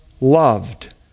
loved